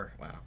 Wow